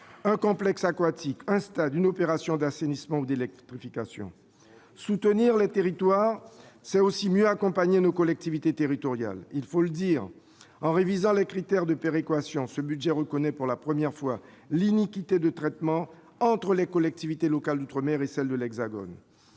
un complexe aquatique, un stade, une opération d'assainissement ou d'électrification. Soutenir les territoires, c'est aussi mieux accompagner nos collectivités territoriales. Il faut le dire, en révisant les critères de péréquation, ce budget reconnaît pour la première fois l'iniquité de traitement entre les collectivités locales d'outre-mer et celles de l'Hexagone.